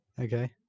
Okay